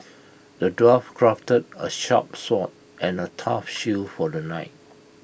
the dwarf crafted A sharp sword and A tough shield for the knight